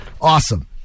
Awesome